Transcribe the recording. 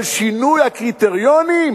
על שינוי הקריטריונים,